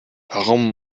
warum